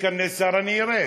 עד, כשייכנס שר, אני ארד.